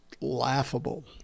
laughable